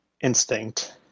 instinct